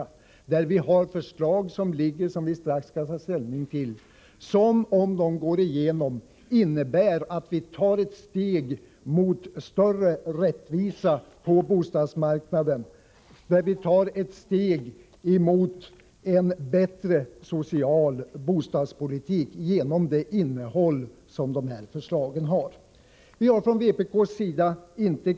I detta avseende föreligger alltså förslag — vi skall strax ta ställning till dessa — som, om de antas av riksdagen, innebär att vi tar ett steg mot större rättvisa på bostadsmarknaden, ett steg mot en mera social bostadspolitik. Från vpk:s sida har vi inte till alla delar kunnat biträda de förslag som presenterats i det här ärendet.